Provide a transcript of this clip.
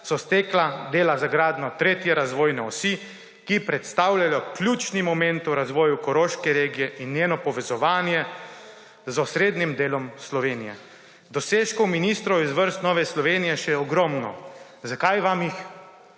so stekla dela za gradnjo tretje razvojne osi, ki predstavljajo ključni moment v razvoju Koroške regije in njenem povezovanju z osrednjim delom Slovenije. Dosežkov ministrov iz vrst Nove Slovenije je še ogromno. Zakaj vam jih